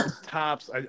tops